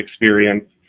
experience